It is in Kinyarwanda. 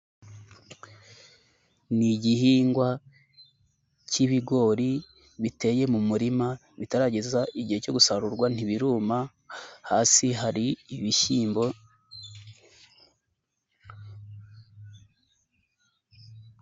Ni gihingwa cyibigori biteye mu murima, bitarageza igihe cyo gusarurwa, ntibiruma, hasi hari ibishyimbo.